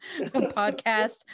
podcast